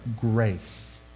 grace